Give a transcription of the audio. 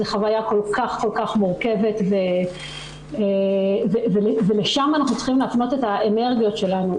זו חוויה כל כך כל כך מורכבת ולשם אנחנו צריכים להפנות את האנרגיה שלנו,